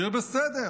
יהיה בסדר.